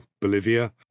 bolivia